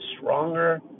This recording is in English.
stronger